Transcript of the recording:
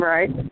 Right